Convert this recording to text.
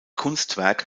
kunstwerk